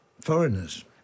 foreigners